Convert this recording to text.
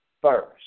first